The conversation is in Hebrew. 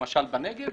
למשל בנגב,